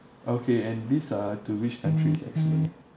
okay and these are to which countries actually